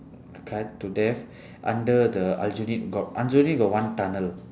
cut to death under the aljunied got aljunied got one tunnel